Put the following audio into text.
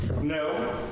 No